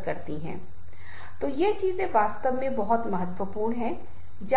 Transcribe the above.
कौन सा कारक होगा जो उसके लिए उत्सुक है और यदि